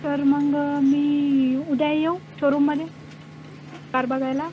तर मग मी उद्या येऊ शोरूममध्ये कार बघायला